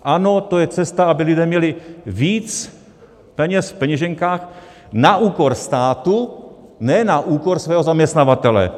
Ano, to je cesta, aby lidé měli víc peněz v peněženkách na úkor státu, ne na úkor svého zaměstnavatele.